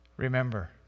Remember